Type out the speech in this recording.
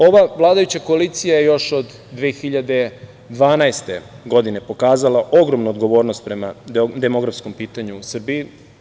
Ova vladajuća koalicija je još od 2012. godine pokazala ogromnu odgovornost prema demografskom pitanju u Srbiji.